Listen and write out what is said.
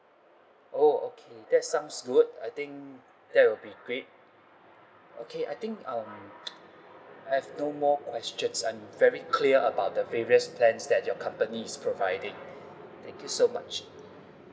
oh okay that sounds good I think that will be great okay I think um I have no more questions I'm very clear about the various plans that your company is providing thank you so much